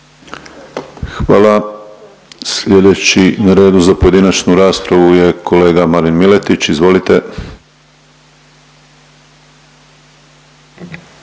Hvala. Slijedeći na redu za pojedinačnu raspravu je kolega Marin Miletić, izvolite.